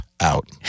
out